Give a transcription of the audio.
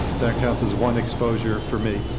that counts as one exposure for me.